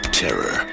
terror